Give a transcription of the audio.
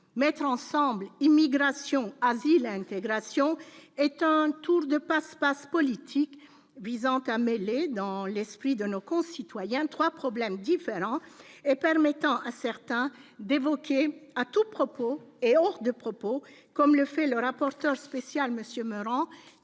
mettre ensemble l'immigration asile intégration est un tour de passe-passe politique visant à mêler dans l'esprit de nos concitoyens 3 problèmes différents, permettant à certains d'évoquer à tout propos et hors de propos, comme le fait le rapporteur spécial Monsieur